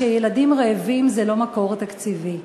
שילדים רעבים זה לא מקור תקציבי,